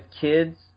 kids